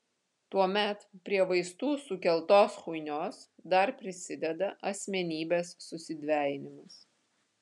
tuomet prie vaistų sukeltos chuinios dar prisideda asmenybės susidvejinimas